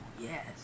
yes